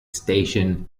station